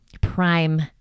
prime